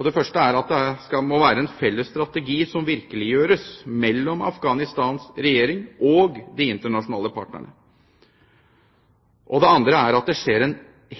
Det første er at det må være en felles strategi som virkeliggjøres mellom Afghanistans regjering og de internasjonale partnerne. Det andre er at det skjer en